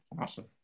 Awesome